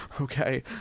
Okay